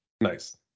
Nice